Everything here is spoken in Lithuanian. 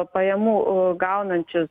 pajamų u gaunančius